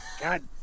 God